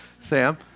Sam